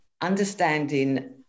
understanding